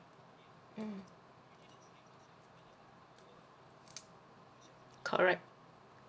mm correct